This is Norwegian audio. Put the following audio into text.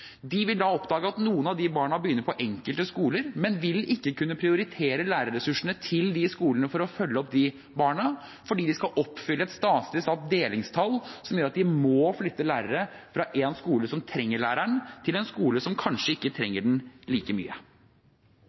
De vil da oppleve at noen av de barna begynner på enkelte skoler, men man vil ikke kunne prioritere lærerressursene til de skolene for å følge opp de barna, fordi man skal oppfylle et statlig satt delingstall som gjør at man må flytte lærere fra en skole som trenger læreren, til en skole som kanskje ikke trenger den like mye.